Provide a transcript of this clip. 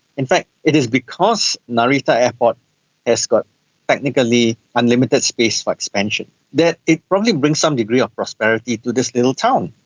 in fact it is because narita airport has got technically unlimited space for expansion that it probably brings some degree of prosperity to this little town.